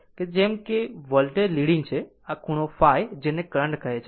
તે જેમ કે વોલ્ટેજ લીડીંગ છે આ ખૂણો ϕ જેને કરંટ કહે છે